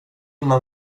man